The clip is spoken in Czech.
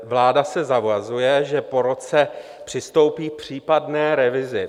Vláda se zavazuje, že po roce přistoupí k případné revizi.